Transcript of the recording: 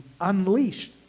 unleashed